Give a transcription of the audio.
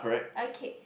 okay